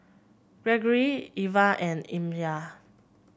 Gregory Ivah and Amya